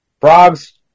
Frogs